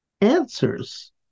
answers